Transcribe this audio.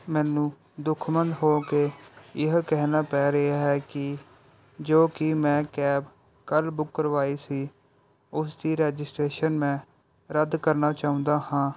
ਮੈਨੂੰ ਦੁੱਖ ਮਨ ਹੋ ਕੇ ਇਹ ਕਹਿਣਾ ਪੈ ਰਿਹਾ ਹੈ ਕਿ ਜੋ ਕਿ ਮੈਂ ਕੈਬ ਕੱਲ੍ਹ ਬੁੱਕ ਕਰਵਾਈ ਸੀ ਉਸ ਦੀ ਰਜਿਸਟ੍ਰੇਸ਼ਨ ਮੈਂ ਰੱਦ ਕਰਨਾ ਚਾਹੁੰਦਾ ਹਾਂ